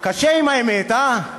קשה עם האמת, הא?